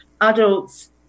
adults